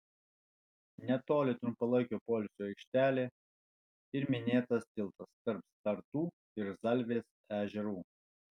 netoli trumpalaikio poilsio aikštelė ir minėtas tiltas tarp sartų ir zalvės ežerų